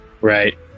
Right